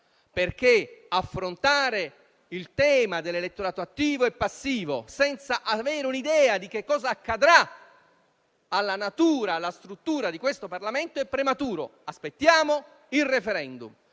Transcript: perché affrontare il tema dell'elettorato attivo e passivo senza avere un'idea di che cosa accadrà alla natura e alla struttura di questo Parlamento è prematuro. Aspettiamo il *referendum*.